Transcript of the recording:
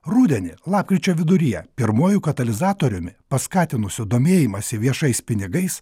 rudenį lapkričio viduryje pirmuoju katalizatoriumi paskatinusiu domėjimąsi viešais pinigais